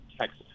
text